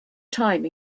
time